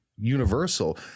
universal